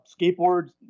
skateboards